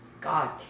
God